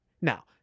Now